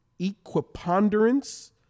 Equiponderance